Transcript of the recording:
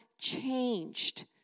changed